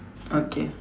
okay